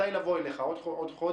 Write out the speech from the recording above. מתי לבוא אליך, בעוד חודש?